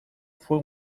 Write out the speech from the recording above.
fue